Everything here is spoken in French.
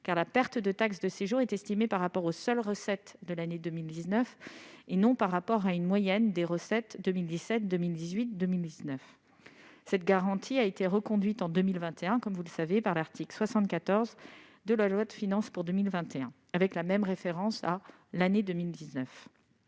car la perte de taxe de séjour est estimée par rapport aux recettes de la seule année 2019 et non par rapport à la moyenne des recettes des années 2017, 2018 et 2019. Cette garantie a été reconduite en 2021, comme vous le savez, par l'article 74 de la loi de finances pour 2021, avec la même référence à l'année 2019.